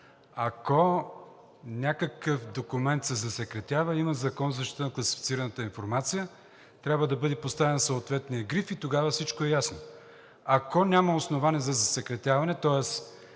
Ако някакъв документ се засекретява, има Закон за защита на класифицираната информация, трябва да бъде поставен съответният гриф и тогава всичко е ясно. Ако няма основание за засекретяване, тоест